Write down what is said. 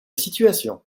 situation